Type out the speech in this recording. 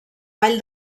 vall